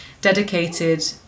dedicated